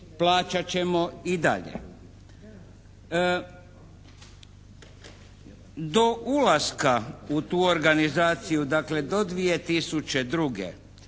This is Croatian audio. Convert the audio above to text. plaćat ćemo i dalje. Do ulaska u tu organizaciju dakle do 2002.